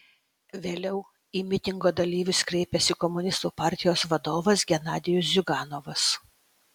vėliau į mitingo dalyvius kreipėsi komunistų partijos vadovas genadijus ziuganovas